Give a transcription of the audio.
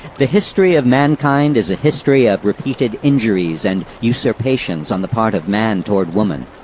the history of mankind is a history of repeated injuries and usurpation's on the part of man toward woman,